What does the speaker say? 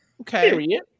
Okay